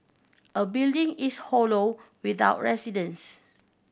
a building is hollow without residents